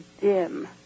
dim